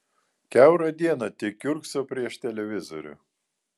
kiaurą dieną tik kiurkso prieš televizorių